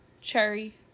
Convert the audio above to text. Cherry